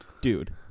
dude